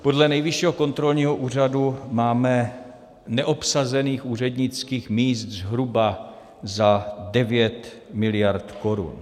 Podle Nejvyššího kontrolního úřadu máme neobsazených úřednických míst zhruba za 9 miliard korun.